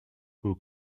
who